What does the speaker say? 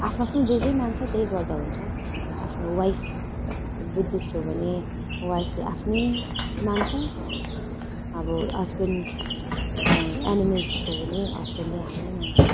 आफ्नो आफ्नो जे जे मान्छ त्यही गर्दा हुन्छ आफ्नो वाइफ बुद्धिस्ट हो भने वाइफले आफ्नै मान्छ अब हस्बेन्ड एनिमिस्ट हो भने हस्बेन्डले आफ्नै मान्छ